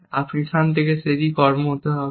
এটি সেখানে একটি কর্ম হতে হবে